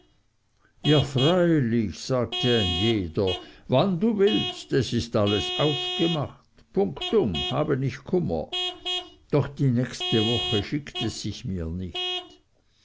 ja freilich sagte ein jeder wann du willst es ist alles aufgemacht punktum habe nicht kummer doch die nächste woche schickt es sich mir nicht